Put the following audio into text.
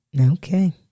Okay